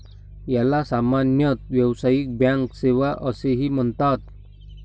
याला सामान्यतः व्यावसायिक बँक सेवा असेही म्हणतात